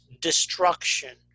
destruction